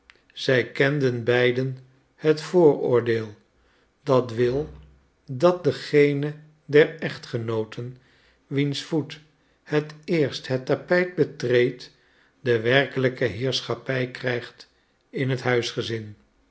zij kenden beiden het vooroordeel dat wil dat diegene der echtgenooten wiens voet het eerst het tapijt betreedt de werkelijke heerschappij krijgt in het huisgezin